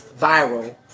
viral